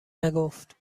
نگفت